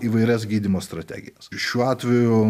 įvairias gydymo strategijas šiuo atveju